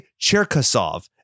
Cherkasov